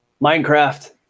Minecraft